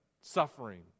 suffering